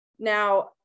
Now